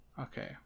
Okay